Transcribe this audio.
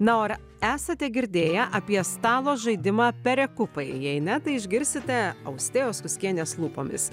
na o ar esate girdėję apie stalo žaidimą perekupai jei ne tai išgirsite austėjos tuskienės lūpomis